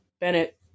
Bennett